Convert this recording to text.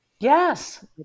Yes